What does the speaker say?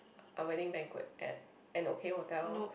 a wedding banquet at an okay hotel